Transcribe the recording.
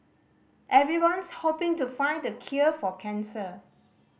everyone's hoping to find the cure for cancer